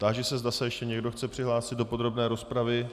Táži se, zda se ještě někdo chce přihlásit do podrobné rozpravy.